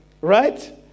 right